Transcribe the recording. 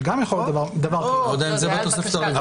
זה גם יכול להיות דבר --- עדיין זה בתוספת הרביעית.